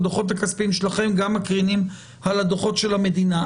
הדו"חות הכספיים שלכם גם מקרינים על הדוחות של המדינה.